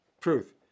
Truth